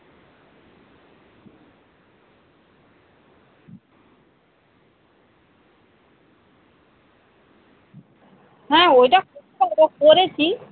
বলছি তারা কি আপনার মতোই ভালোভাবে আপনি যে রকম সুন্দর ভাবে কাজটা করে দিয়েছিলেন এর আগের বারে আমার ওই জন্য আপনার কাছেই আমি যাই তাহলে আপনার যারা লেবার আছে তারাও কি আপনার মতো সুন্দর ভাবে কাজটা করে দিতে পারবে